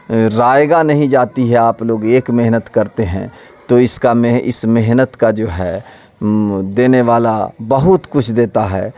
رائگاں نہیں جاتی ہے آپ لوگ ایک محنت کرتے ہیں تو اس کا اس محنت کا جو ہے دینے والا بہت کچھ دیتا ہے